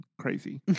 crazy